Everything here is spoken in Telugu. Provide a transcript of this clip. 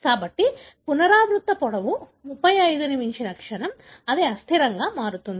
కాబట్టి పునరావృత పొడవు 35 ని మించిన క్షణం అది అస్థిరంగా మారుతుంది